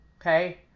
okay